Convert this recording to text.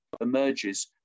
emerges